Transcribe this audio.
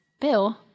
Bill